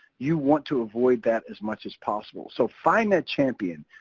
you want to avoid that as much as possible. so find that champion.